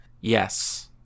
Yes